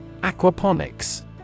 Aquaponics